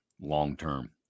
long-term